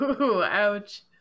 ouch